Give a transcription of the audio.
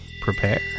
prepare